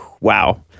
wow